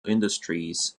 industries